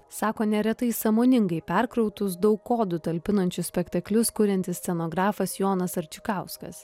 sako neretai sąmoningai perkrautus daug kodų talpinančius spektaklius kuriantis scenografas jonas arčikauskas